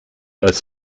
als